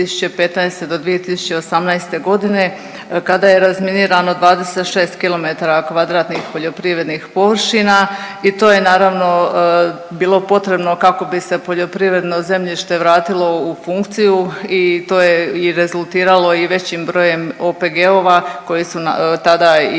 do 2018. g. kada je razminirano 26 km2 poljoprivrednih površina i to je naravno, bilo potrebno kako bi se poljoprivredno zemljište vratilo u funkciju i to je i rezultiralo i većim brojem OPG-ova koji su tada i